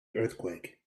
earthquake